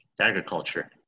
agriculture